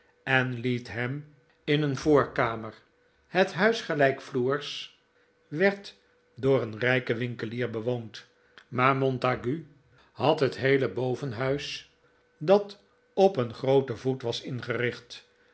en liet hem in een voorkamer het huis gelijkvloers werd door een rijken winkelier bewoond maar montague had het heele bovenhuis dat op een grooten voet was ingericht